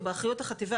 הוא באחריות החטיבה,